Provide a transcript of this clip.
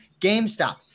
GameStop